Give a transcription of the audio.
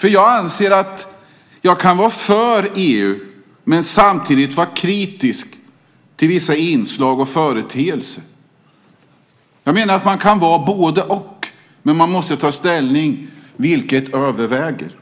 Jag anser att jag kan vara för EU men samtidigt vara kritisk till vissa inslag och företeelser. Jag menar att man kan vara både-och, men man måste ta ställning för vilket som överväger.